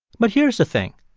but here's the thing.